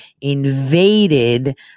invaded